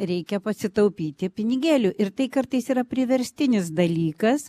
reikia pasitaupyti pinigėlių ir tai kartais yra priverstinis dalykas